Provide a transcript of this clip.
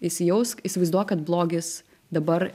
įsijausk įsivaizduok kad blogis dabar